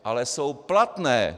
Ale jsou platné!